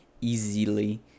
easily